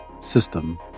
system